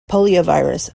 poliovirus